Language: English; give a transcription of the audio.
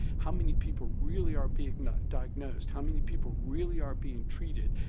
how many people really are being diagnosed? how many people really are being treated?